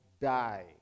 die